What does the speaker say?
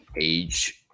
age